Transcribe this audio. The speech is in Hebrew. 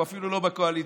הוא אפילו לא בקואליציה,